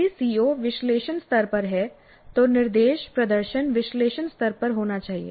यदि सीओ विश्लेषण स्तर पर है तो निर्देशप्रदर्शन विश्लेषण स्तर पर होना चाहिए